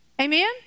Amen